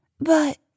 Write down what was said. But